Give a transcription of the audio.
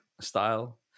style